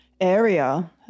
area